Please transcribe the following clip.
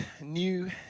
new